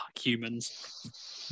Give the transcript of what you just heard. humans